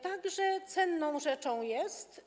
Także cenną rzeczą jest.